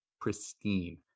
pristine